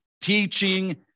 teaching